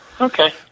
Okay